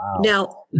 Now